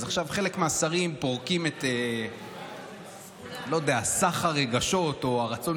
אז עכשיו חלק מהשרים פורקים את סך הרגשות או הרצון